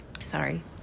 sorry